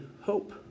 hope